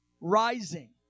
rising